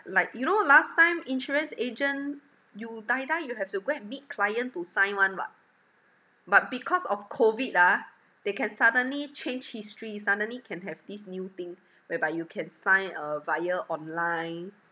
like you know last time insurance agent you die die you have to go and meet client to sign [one] [what] but because of COVID ah they can suddenly change history suddenly can have this new thing whereby you can sign uh via online